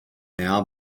now